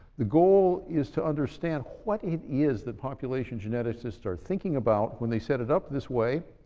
the goal is to understand what it is that population geneticists are thinking about when they set it up this way,